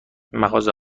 مغازه